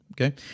okay